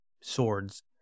swords